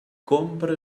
compra